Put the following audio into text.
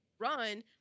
run